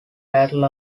battle